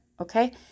Okay